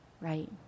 Right